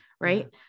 right